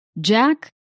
Jack